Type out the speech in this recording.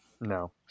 no